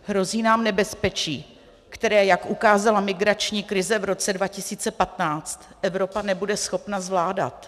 Hrozí nám nebezpečí, které, jak ukázala migrační krize v roce 2015, Evropa nebude schopna zvládat.